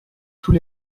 tous